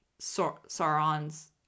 Sauron's